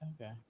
Okay